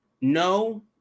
no